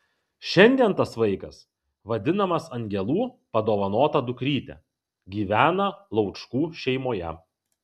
šiandien tas vaikas vadinamas angelų padovanota dukryte gyvena laučkų šeimoje